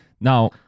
Now